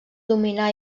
dominar